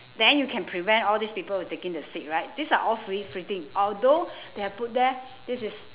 then you can prevent all these people who taking the seat right these are all although they have put there this is